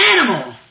animal